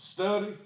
Study